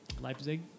Leipzig